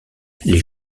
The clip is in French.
les